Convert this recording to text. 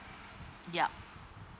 ya